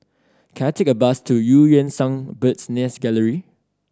can I take a bus to Eu Yan Sang Bird's Nest Gallery